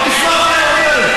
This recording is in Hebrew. אבל תשמע מה היא אומרת.